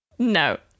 no